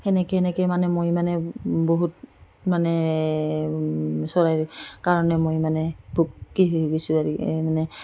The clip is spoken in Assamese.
সেনেকৈ সেনেকৈ মানে মই মানে বহুত মানে চৰাইৰ কাৰণে মই মানে হৈছোঁ মানে